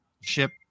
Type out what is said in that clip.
ship